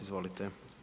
Izvolite.